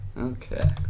Okay